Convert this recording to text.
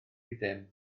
ddim